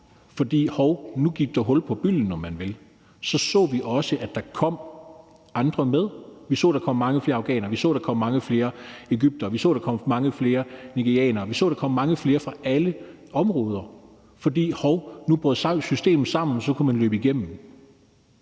hov, nu gik der hul på bylden, om man vil – at der kom andre med. Vi så, at der kom mange flere afghanere, vi så, at der kom mange flere egyptere, vi så, at der kom mange flere nigerianere, vi så, at der kom mange flere fra alle områder. For hov, nu brød systemet sammen, og så kunne man løbe igennem.